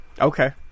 Okay